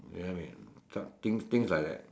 you get what I mean things things like that